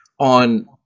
on